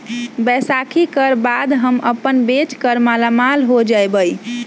बैसाखी कर बाद हम अपन बेच कर मालामाल हो जयबई